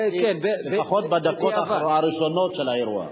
לפחות בדקות הראשונות של האירוע.